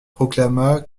proclama